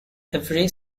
every